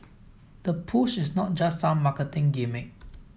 the push is not just some marketing gimmick